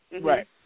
Right